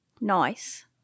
Nice